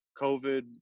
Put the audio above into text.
covid